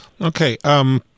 Okay